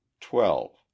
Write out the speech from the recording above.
twelve